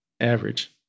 Average